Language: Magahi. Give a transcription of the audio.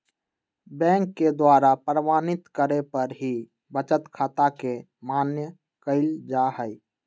बैंक के द्वारा प्रमाणित करे पर ही बचत खाता के मान्य कईल जाहई